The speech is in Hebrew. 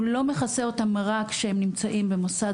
הוא לא מכסה אותם רק כשהם נמצאים במוסד